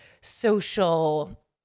social